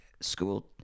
school